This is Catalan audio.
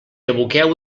aboqueu